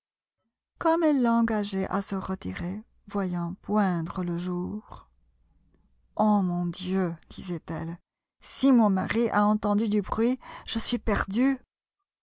comme elle l'engageait à se retirer voyant poindre le jour oh mon dieu disait-elle si mon mari a entendu du bruit je suis perdue